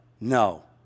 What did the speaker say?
no